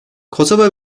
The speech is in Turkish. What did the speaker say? kosova